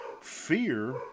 fear